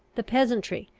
the peasantry,